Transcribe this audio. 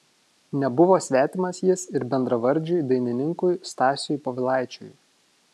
nebuvo svetimas jis ir bendravardžiui dainininkui stasiui povilaičiui